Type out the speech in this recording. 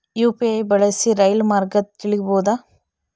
UPI ಬಳಸಿ ರೈಲು ಮಾರ್ಗ ತಿಳೇಬೋದ?